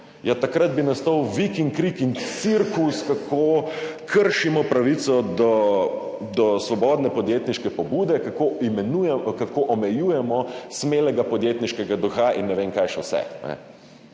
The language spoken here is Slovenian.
takrat bi nastal vik in krik in cirkus, kako kršimo pravico do svobodne podjetniške pobude in kako omejujemo smelega podjetniškega duha in ne vem kaj še vse.